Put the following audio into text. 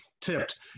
tipped